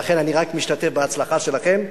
ולכן אני רק משתתף בהצלחה שלכם,